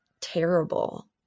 terrible